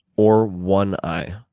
or one eye,